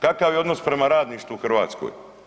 Kakav je odnos prema radništvu u Hrvatskoj?